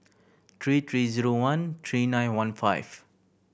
three three zero one three nine one five